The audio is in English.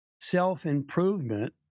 self-improvement